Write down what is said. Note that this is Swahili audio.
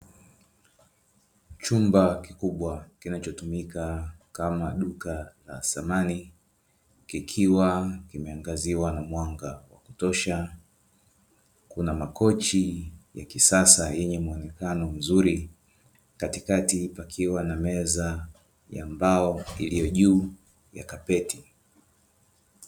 Chumba kikubwa kinachotumika kama duka la samani kikiwa kimeangaziwa na mwanga wa kutosha. Kuna makochi ya kisasa yenye muonekano mzuri. Katikati pakiwa na meza ya mbao iliyo juu ya kapeti.